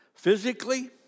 Physically